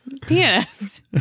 Pianist